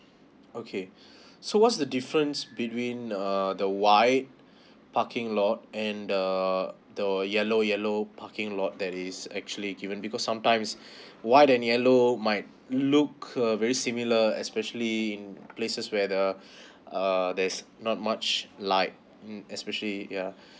okay so what's the difference between err the white parking lot and the the yellow yellow parking lot that is actually given because sometimes white and yellow might look uh very similar especially in places where the uh there's not much like especially yeah